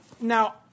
Now